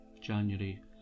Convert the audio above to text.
January